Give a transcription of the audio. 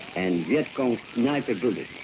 and vietcong sniper bullets.